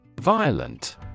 Violent